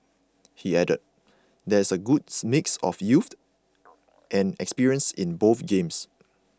he added there is a good mix of youth and experience in both games